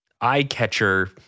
eye-catcher